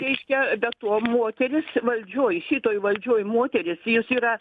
reiškia be to moteris valdžioj šitoj valdžioj moteris jis yra